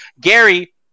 Gary